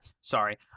Sorry